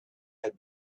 had